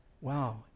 Wow